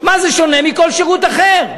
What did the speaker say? מה זה שונה מכל שירות אחר?